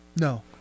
no